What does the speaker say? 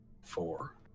Four